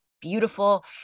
beautiful